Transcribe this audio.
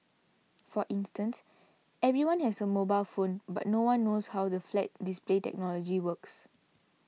for instance everyone has a mobile phone but no one knows how the flat display technology works